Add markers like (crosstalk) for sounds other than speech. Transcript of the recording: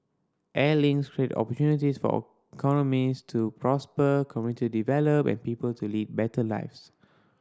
air links create opportunities for (unintelligible) economies to prosper community develop and people to lead better lives